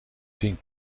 zin